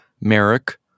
Merrick